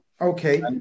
Okay